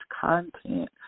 content